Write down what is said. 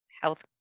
Health